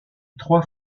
trois